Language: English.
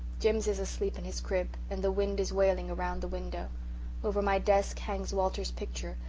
jims is asleep in his crib and the wind is wailing around the window over my desk hangs walter's picture,